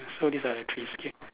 so these are the three skill